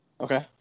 Okay